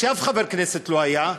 כשאף חבר כנסת לא היה,